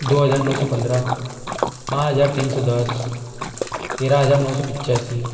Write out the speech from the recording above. दो हजार नौ सौ पंद्रह पाँच हजार तीन सौ दस तेरह हजार नौ सौ पचासी